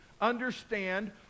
understand